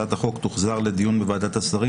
והצעת החוק תוחזר לדיון בוועדת השרים